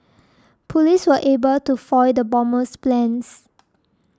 police were able to foil the bomber's plans